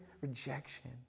rejection